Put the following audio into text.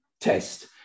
test